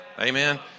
Amen